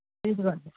ఇదిగోండి